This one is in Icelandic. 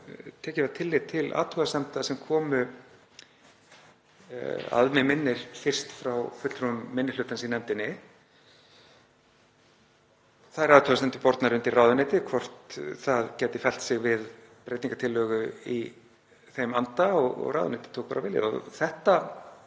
og tekið tillit til athugasemda sem komu, að mig minnir, fyrst frá fulltrúum minni hlutans í nefndinni. Þær athugasemdir voru bornar undir ráðuneytið, hvort það gæti fellt sig við breytingartillögu í þeim anda, og ráðuneytið tók bara vel í það.